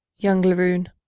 young laroon,